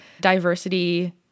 diversity